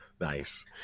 Nice